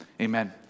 amen